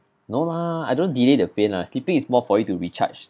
no lah I don't delay the pain lah sleeping is more for you to recharge